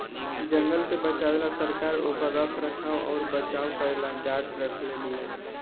जंगल के बचावे ला सरकार ओकर रख रखाव अउर बचाव करेला गार्ड रखले बिया